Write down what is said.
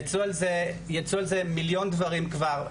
יצאו על זה מיליון דברים כבר,